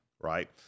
right